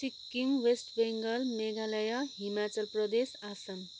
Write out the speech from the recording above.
Sikkim West Bengal Meghalaya Himachal Pradesh Assam